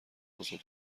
بزرگ